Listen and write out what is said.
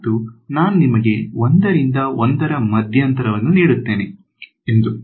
ಮತ್ತು ನಾನು ನಿಮಗೆ 1 ರಿಂದ 1 ರ ಮಧ್ಯಂತರವನ್ನು ನೀಡುತ್ತೇನೆ ಎಂದು